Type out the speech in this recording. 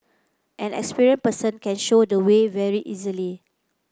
an experienced person can show the way very easily